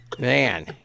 Man